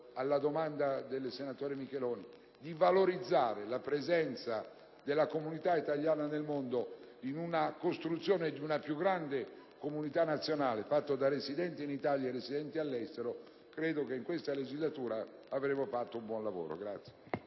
alla domanda del senatore Micheloni - di valorizzare la presenza della comunità italiana nel mondo, nella costruzione di una più grande comunità nazionale, fatta da residenti in Italia e residenti all'estero, credo che in questa legislatura avremo compiuto un buon lavoro.